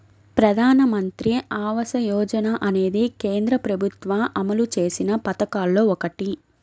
ప్రధానమంత్రి ఆవాస యోజన అనేది కేంద్ర ప్రభుత్వం అమలు చేసిన పథకాల్లో ఒకటి